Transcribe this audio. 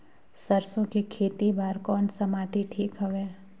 सरसो के खेती बार कोन सा माटी ठीक हवे?